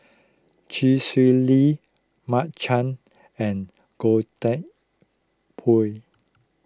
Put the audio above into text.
Chee Swee Lee Mark Chan and Goh Teck Phuan